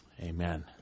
Amen